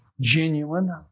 Genuine